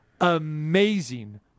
amazing